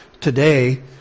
today